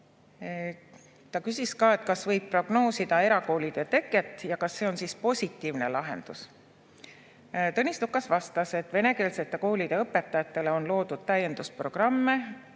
Ta küsis ka, kas võib prognoosida erakoolide teket ja kas see on siis positiivne lahendus. Tõnis Lukas vastas, et venekeelsete koolide õpetajatele on loodud täiendusprogramme,